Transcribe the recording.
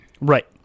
right